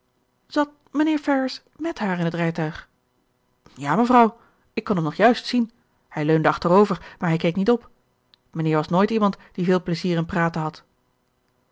mijnheer ferrars met haar in het rijtuig ja mevrouw ik kon hem nog juist zien hij leunde achterover maar hij keek niet op mijnheer was nooit iemand die veel pleizier in praten had